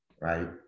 Right